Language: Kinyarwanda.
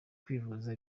kwivuza